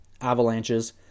avalanches